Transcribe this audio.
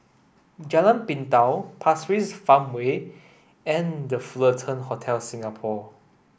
Jalan Pintau Pasir Ris Farmway and The Fullerton Hotel Singapore